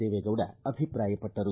ದೇವೇಗೌಡ ಅಭಿಪ್ರಾಯಪಟ್ಟರು